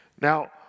Now